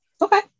Okay